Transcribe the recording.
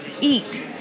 eat